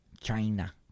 China